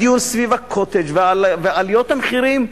הדיון סביב ה"קוטג'" ועליות המחירים.